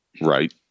right